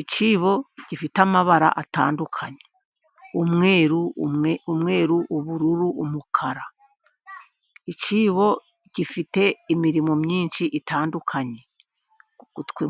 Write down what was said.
Icyibo gifite amabara atandukanye umweru, ubururu, umukara, icyibo gifite imirimo myinshi itandukanye,